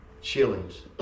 shillings